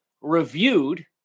reviewed